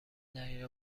دقیقه